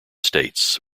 states